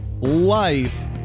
life